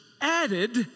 added